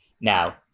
Now